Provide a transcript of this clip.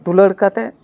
ᱫᱩᱞᱟᱹᱲ ᱠᱟᱛᱮᱫ